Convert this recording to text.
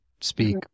speak